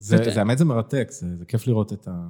זה באמת מרתק, זה כיף לראות את ה...